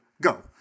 Go